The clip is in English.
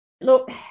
Look